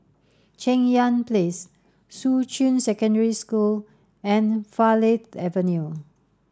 Cheng Yan Place Shuqun Secondary School and Farleigh Avenue